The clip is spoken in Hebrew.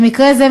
במקרה זה,